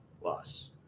Loss